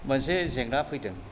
मोनसे जेंना फैदों